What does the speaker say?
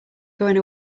going